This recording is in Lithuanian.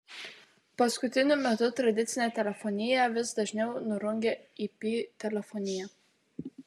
paskutiniu metu tradicinę telefoniją vis dažniau nurungia ip telefonija